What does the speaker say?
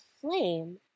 flame